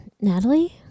Natalie